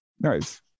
Nice